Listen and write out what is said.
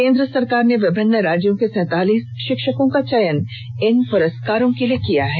केंद्र सरकार ने विभिन्न राज्यों के सैतालीस शिक्षकों का चयन इन पुरस्कार के लिए किया है